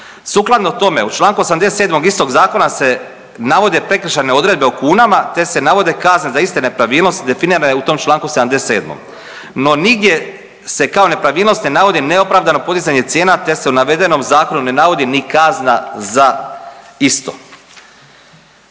Sukladno tome u čl. 87. istog zakona se navode prekršajne odredbe u kunama, te se navode kazne za iste nepravilnosti definirane u tom čl. 77., no nigdje se kao nepravilnost ne navodi neopravdano podizanje cijena, te se u navedenom zakonu ne navodi ni kazna za isto.